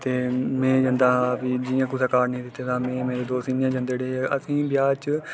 ते में जंदा हा फ्ही जि'यां कुसै काड़ नेईं बी दित्ते में मेरे दोस्त इ'यां गै जंदे हे उठी असेंगी ब्याह् च